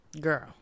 girl